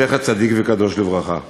זכר צדיק וקדוש לברכה,